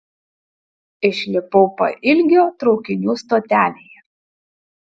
išlipau pailgio traukinių stotelėje